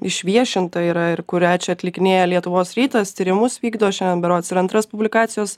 išviešinta yra ir kurią čia atlikinėja lietuvos rytas tyrimus vykdo šiandien berods ir antras publikacijos